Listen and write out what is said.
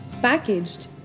packaged